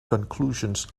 conclusions